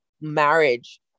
marriage